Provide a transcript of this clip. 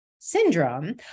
syndrome